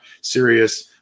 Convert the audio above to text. serious